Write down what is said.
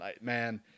man